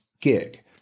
gig